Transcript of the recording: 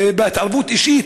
להתערב אישית,